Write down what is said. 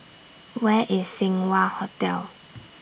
Where IS Seng Wah Hotel